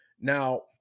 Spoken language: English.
Now